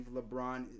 LeBron